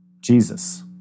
Jesus